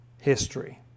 history